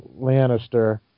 lannister